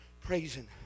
Praising